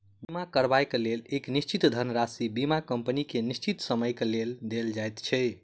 बीमा करयबाक लेल एक निश्चित धनराशि बीमा कम्पनी के निश्चित समयक लेल देल जाइत छै